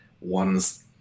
ones